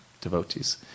Devotees